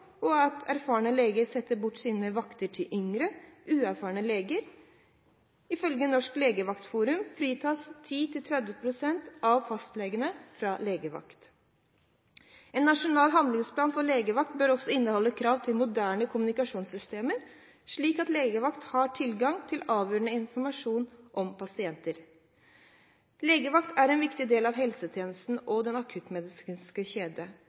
og at erfarne leger setter bort sine vakter til yngre, uerfarne leger. Ifølge Norsk Legevaktforum fritas 10–30 pst. av fastlegene fra legevakt. En nasjonal handlingsplan for legevakt bør også inneholde krav til moderne kommunikasjonssystemer, slik at legevakt har tilgang til avgjørende informasjon om pasienter. Legevakt er en viktig del av helsetjenesten og den akuttmedisinske kjede.